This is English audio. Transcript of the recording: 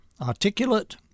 articulate